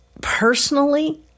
personally